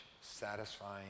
satisfying